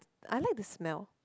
I like the smell